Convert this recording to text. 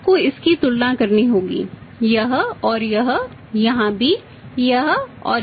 अब आपको इसकी तुलना करनी होगी यह और यह यहाँ भी यह और यह सही